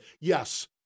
Yes